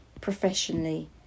professionally